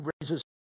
raises